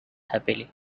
happily